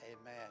Amen